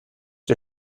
der